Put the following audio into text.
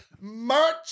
merch